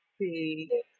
See